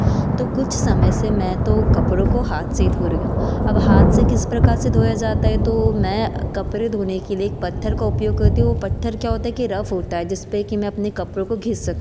तो कुछ समय से मैं तो कपड़ों को हाथ से ही धो रही हूँ अब हाथ से किस प्रकार से धोया जाता है यह तो मै कपड़े धोने के लिए एक पत्थर का उपयोग करती हूँ पत्थर क्या होता है कि रफ़ होता है जिस पर कि मैं अपने कपड़ों को घिस सकूँ